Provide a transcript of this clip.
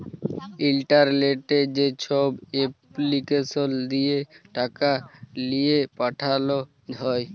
ইলটারলেটে যেছব এপলিকেসল দিঁয়ে টাকা লিঁয়ে পাঠাল হ্যয়